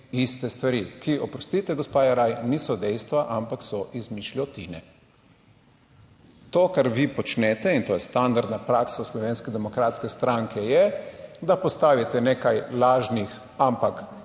iste stvari, ki oprostite gospa Jeraj, niso dejstva, ampak so izmišljotine. To, kar vi počnete, in to je standardna praksa Slovenske demokratske stranke, je, da postavite nekaj lažnih, ampak